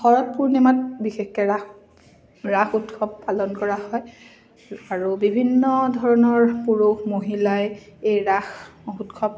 শৰৎ পূৰ্ণিমাত বিশেষকে ৰাস উৎসৱ পালন কৰা হয় আৰু বিভিন্ন ধৰণৰ পুৰুষ মহিলাই এই ৰাস উৎসৱত